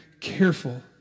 careful